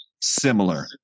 similar